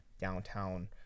downtown